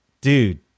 dude